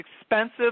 expensive